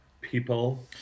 people